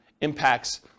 impacts